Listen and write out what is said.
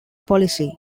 policy